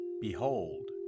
Behold